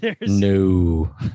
No